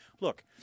Look